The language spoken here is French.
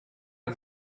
que